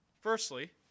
Firstly